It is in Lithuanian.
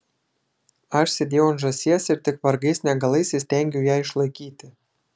aš sėdėjau ant žąsies ir tik vargais negalais įstengiau ją išlaikyti